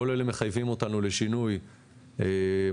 כל אלה מחייבים אותנו לשינוי משמעותי.